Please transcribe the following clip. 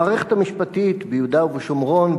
המערכת המשפטית ביהודה ובשומרון,